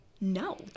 No